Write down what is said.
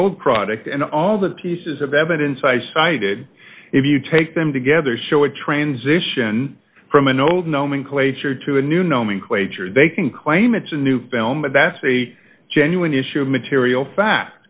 old product and all the pieces of evidence i cited if you take them together show a transition from an old nomenclature to a new nomenclature they can claim it's a new film but that's a genuine issue of material fa